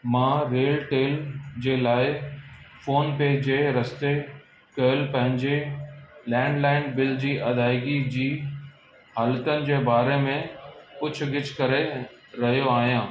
मां वेल टेल जे लाइ फ़ोन पे रस्ते कयल पंहिंजे लैंडलाइन बिल जी अदायगी जी हालतुनि जे बारे में पुछ ॻिछ करे रहियो आहियां